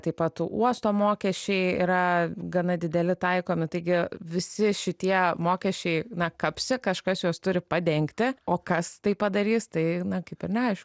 taip pat uosto mokesčiai yra gana dideli taikomi taigi visi šitie mokesčiai na kapsi kažkas juos turi padengti o kas tai padarys tai kaip ir neaiš